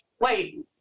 wait